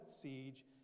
siege